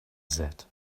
said